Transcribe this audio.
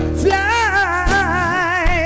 fly